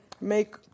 make